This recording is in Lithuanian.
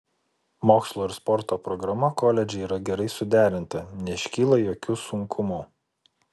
mokslo ir sporto programa koledže yra gerai suderinta neiškyla jokių sunkumų